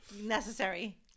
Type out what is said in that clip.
necessary